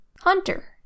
Hunter